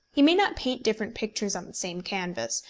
he may not paint different pictures on the same canvas,